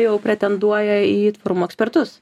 jau pretenduoja į tvarumo ekspertus